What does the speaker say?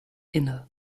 inne